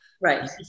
Right